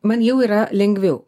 man jau yra lengviau